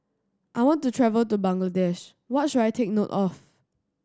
I want to travel to Bangladesh what should I take note of